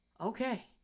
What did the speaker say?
okay